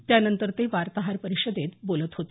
त्यानंतर वार्ताहर परिषदेत ते बोलत होते